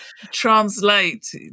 Translate